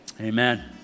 Amen